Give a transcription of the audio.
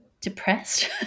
depressed